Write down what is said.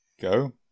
go